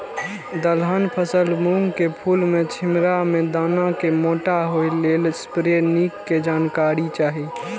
दलहन फसल मूँग के फुल में छिमरा में दाना के मोटा होय लेल स्प्रै निक के जानकारी चाही?